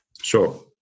Sure